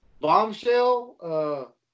Bombshell